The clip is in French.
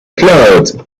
cloud